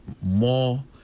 more